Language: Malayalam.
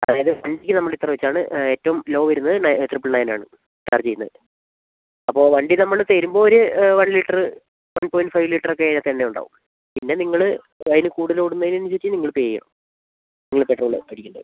അതായത് വണ്ടിക്ക് നമ്മൾ ഇത്ര വെച്ചാണ് ഏറ്റവും ലോ വരുന്നത് ട്രിപ്പിൾ നയൻ ആണ് ചാർജ് ചെയ്യുന്നത് അപ്പോൾ വണ്ടി നമ്മൾ തരുമ്പോൾ ഒരു one litre one point five litre ഒക്കെ അതിനകത്ത് എണ്ണയുണ്ടാവും പിന്നെ നിങ്ങൾ അതിൽ കൂടുതൽ ഓടുന്നതിനനുസരിച്ച് നിങ്ങൾ പേ ചെയ്യണം നിങ്ങൾ പെട്രോൾ അടിക്കേണ്ടി വരും